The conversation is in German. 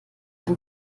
ein